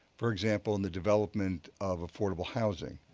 for example in the development of affordable housing,